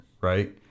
Right